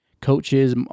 coaches